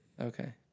Okay